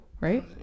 right